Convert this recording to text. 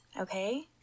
Okay